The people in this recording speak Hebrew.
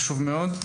חשוב מאוד,